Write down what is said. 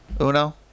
Uno